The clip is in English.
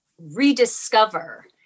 rediscover